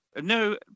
No